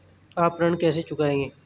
आप ऋण कैसे चुकाएंगे?